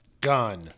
gun